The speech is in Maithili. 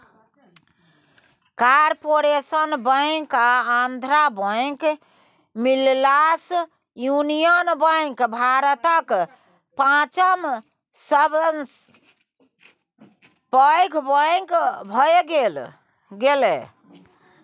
कारपोरेशन बैंक आ आंध्रा बैंक मिललासँ युनियन बैंक भारतक पाँचम सबसँ पैघ बैंक भए गेलै